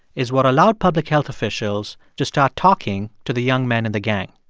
is what allowed public health officials to start talking to the young men in the gang.